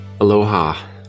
Aloha